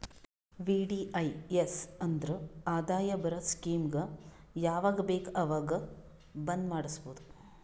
VDIS ಅಂದುರ್ ಆದಾಯ ಬರದ್ ಸ್ಕೀಮಗ ಯಾವಾಗ ಬೇಕ ಅವಾಗ್ ಬಂದ್ ಮಾಡುಸ್ಬೋದು